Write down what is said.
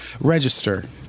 Register